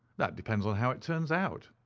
that depends on how it turns out.